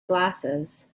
glasses